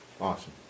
Awesome